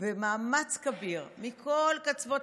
במאמץ כביר הגיעו לפה אנשים מכל קצוות